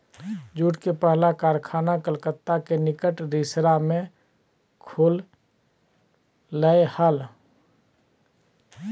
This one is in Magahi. जूट के पहला कारखाना कलकत्ता के निकट रिसरा में खुल लय हल